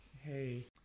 Hey